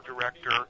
director